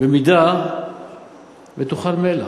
אם תאכל מלח.